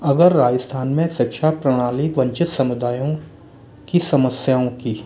अगर राजस्थान में शिक्षा प्रणाली वंचित समुदायों की समस्याओं की